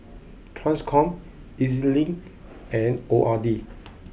Transcom Ez Link and O R D